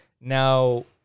Now